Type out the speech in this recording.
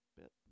bit